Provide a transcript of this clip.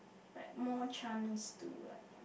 like more chance to like